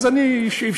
אז אני אפשרתי,